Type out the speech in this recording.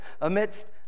amidst